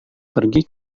pergi